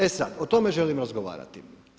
E sad, o tome želim razgovarati.